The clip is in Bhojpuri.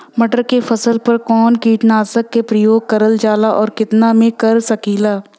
मटर के फसल पर कवन कीटनाशक क प्रयोग करल जाला और कितना में कर सकीला?